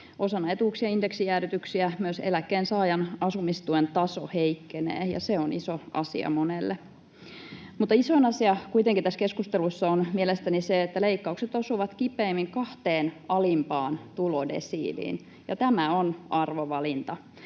Osana etuuksien indeksijäädytyksiä myös eläkkeensaajan asumistuen taso heikkenee, ja se on iso asia monelle. Isoin asia tässä keskustelussa on kuitenkin mielestäni se, että leikkaukset osuvat kipeimmin kahteen alimpaan tulodesiiliin, ja tämä on arvovalinta.